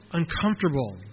uncomfortable